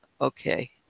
okay